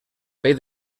pell